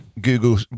Google